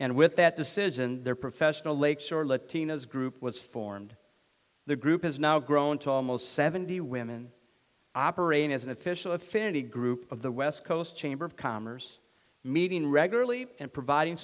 and with that decision their professional lake shore latino's group was formed the group has now grown to almost seventy women operating as an official affinity group of the west coast chamber of commerce meeting regularly and providing